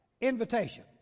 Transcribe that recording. invitation